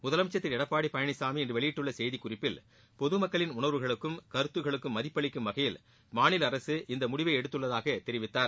முதலமைச்சா திரு எடப்பாடி பழனிசாமி இன்று வெளியிட்டுள்ள செய்திக்குறிப்பில் பொதுமக்களின் உணர்வுகளுக்கும் கருத்துக்களுக்கும் மதிப்பளிக்கும் வகையில் மாநில அரக இந்த முடிவை எடுத்துள்ளதாக தெரிவித்துள்ளார்